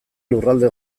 lurralde